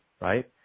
right